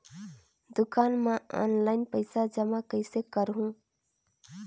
दुकान म ऑनलाइन पइसा जमा कइसे करहु?